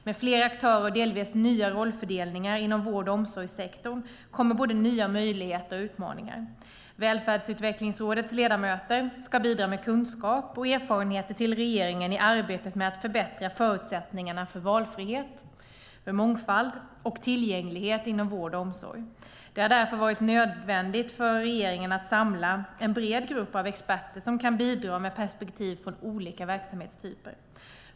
Med fler aktörer och delvis nya rollfördelningar inom vård och omsorgssektorn kommer både nya möjligheter och utmaningar. Välfärdsutvecklingsrådets ledamöter ska bidra med kunskap och erfarenheter till regeringen i arbetet med att förbättra förutsättningarna för valfrihet, mångfald och tillgänglighet inom vård och omsorg. Det har därför varit nödvändigt för regeringen att samla en bred grupp av experter som kan bidra med perspektiv från olika verksamhetstyper.